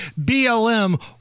BLM